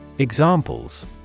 Examples